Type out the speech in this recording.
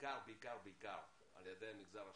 בעיקר בעיקר בעיקר על ידי המגזר השלישי,